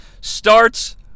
starts